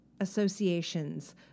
associations